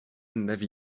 navy